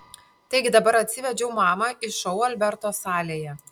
taigi dabar atsivedžiau mamą į šou alberto salėje